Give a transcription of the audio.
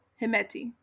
Himeti